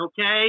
Okay